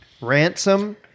Ransom